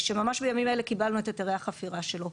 שממש בימים אלה קיבלנו את היתרי החפירה שלו.